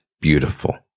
beautiful